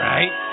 Right